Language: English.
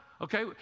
okay